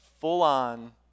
full-on